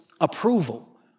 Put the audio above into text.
approval